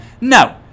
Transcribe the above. no